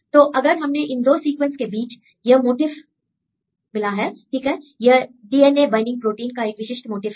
तो अगर हमें इन दो सीक्वेंस के बीच यह मोटिफ् मिला है ठीक है यह D N A binding protein का एक विशिष्ट मोटिफ् है